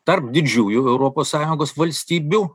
tarp didžiųjų europos sąjungos valstybių